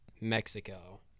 Mexico